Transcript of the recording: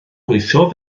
gweithio